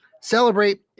celebrate